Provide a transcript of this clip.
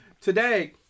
today